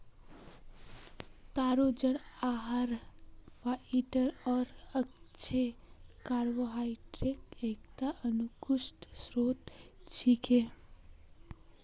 तारो जड़ आहार फाइबर आर अच्छे कार्बोहाइड्रेटक एकता उत्कृष्ट स्रोत छिके